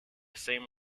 same